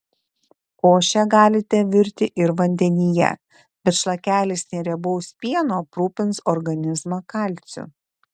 košę galite virti ir vandenyje bet šlakelis neriebaus pieno aprūpins organizmą kalciu